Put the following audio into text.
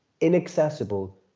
inaccessible